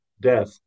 death